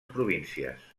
províncies